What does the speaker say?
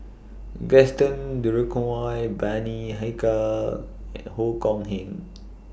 Gaston Dutronquoy Bani Haykal and Ong Keng Yong